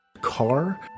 car